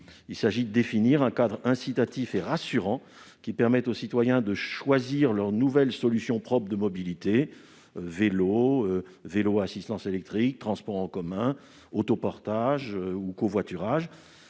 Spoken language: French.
Il s'agit de définir un cadre incitatif et rassurant permettant à nos concitoyens de choisir leurs nouvelles solutions propres de mobilité- vélo, vélo à assistance électrique, transports en commun, autopartage ou covoiturage